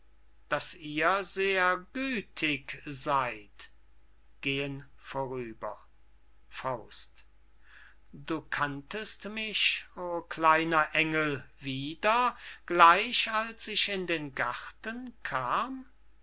daß ihr sehr gütig seyd gehn vorüber du kanntest mich o kleiner engel wieder gleich als ich in den garten kam